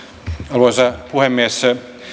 arvoisa puhemies